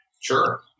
Sure